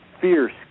fierce